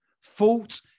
fault